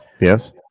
Yes